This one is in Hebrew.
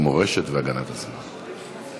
ירושלים ומורשת והגנת הסביבה.